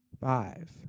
Five